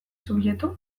subjektu